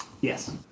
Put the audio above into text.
Yes